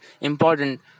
important